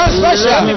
special